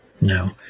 no